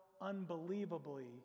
unbelievably